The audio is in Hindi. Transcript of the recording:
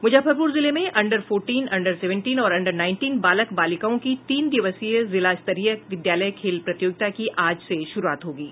मूजफ्फरपूर जिले में अंडर फोरटीन अंडर सेंवेटीन और अंडर नाइनटिन बालक बालिकाओं की तीन दिवसीय जिला स्तरीय विद्यालय खेल प्रतियोगिता की आज से शुरूआत हो गयी